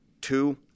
two